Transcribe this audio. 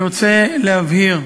אני רוצה להבהיר,